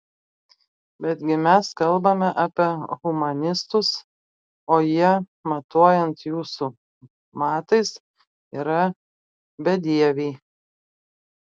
betgi mes kalbame apie humanistus o jie matuojant jūsų matais yra bedieviai